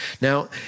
Now